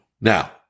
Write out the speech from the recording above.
Now